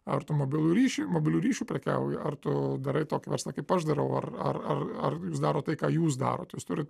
ar tu mobilų ryšį mobiliu ryšiu prekiauji ar tu darai tokį verslą kaip aš darau ar ar ar jūs darot tai ką jūs darot jūs turit